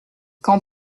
quand